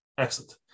Excellent